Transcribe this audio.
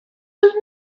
will